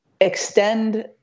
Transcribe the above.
extend